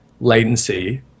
latency